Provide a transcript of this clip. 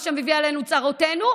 מה שהביא עלינו את צרותינו,